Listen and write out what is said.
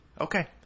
Okay